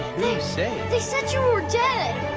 say? they said you were dead.